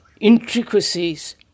intricacies